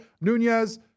Nunez